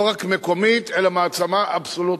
לא רק מקומית, אלא מעצמה אבסולוטית.